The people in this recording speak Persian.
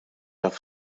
رفت